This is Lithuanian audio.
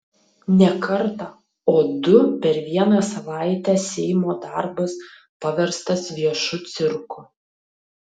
ne kartą o du per vieną savaitę seimo darbas paverstas viešu cirku